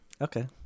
Okay